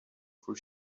for